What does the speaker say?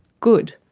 good.